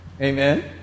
Amen